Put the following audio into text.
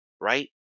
right